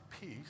peace